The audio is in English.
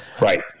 Right